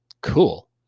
Cool